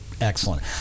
Excellent